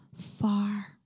far